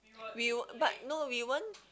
we wer~ but no we weren't